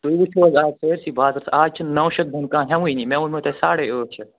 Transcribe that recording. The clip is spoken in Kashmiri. تُہۍ وُچھو حظ اَز سٲرسٕے بازرَس اَز چھِ نو شَتھ بۅن کانٛہہ ہیوانٕے مےٚ ووٚنمَو تۄہہِ ساڑٕے ٲٹھ شَتھ